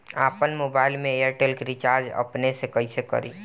आपन मोबाइल में एयरटेल के रिचार्ज अपने से कइसे करि?